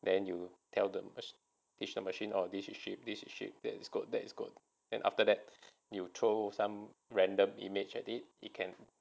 then you tell them teach the machine oh this is sheep this is sheep that is goat that is goat then you throw some random image at it it can